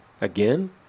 again